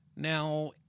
Now